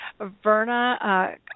Verna